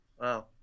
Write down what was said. Wow